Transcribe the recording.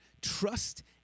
Trust